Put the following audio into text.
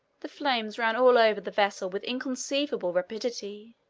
the flames ran all over the vessel with inconceivable rapidity.